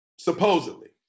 supposedly